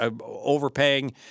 overpaying